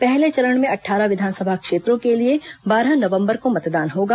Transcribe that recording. पहले चरण में अट्ठारह विधानसभा क्षेत्रों के लिए बारह नवंबर को मतदान होगा